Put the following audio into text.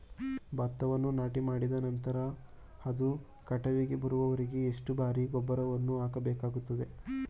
ಭತ್ತವನ್ನು ನಾಟಿಮಾಡಿದ ನಂತರ ಅದು ಕಟಾವಿಗೆ ಬರುವವರೆಗೆ ಎಷ್ಟು ಬಾರಿ ಗೊಬ್ಬರವನ್ನು ಹಾಕಬೇಕಾಗುತ್ತದೆ?